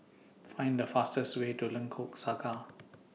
Find The fastest Way to Lengkok Saga